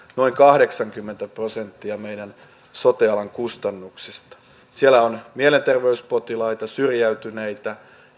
noin kahdeksankymmentä prosenttia meidän sote alan kustannuksista siellä on mielenterveyspotilaita syrjäytyneitä